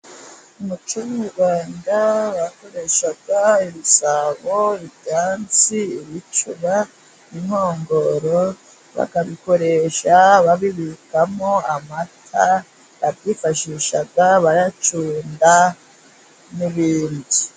Umuco nyarwanda bakoreshaga ibisabo bitatse, ibicuba, inkongoro. Bakabikoresha babibikamo amata, babyifashisha bayacunda n'ibindi.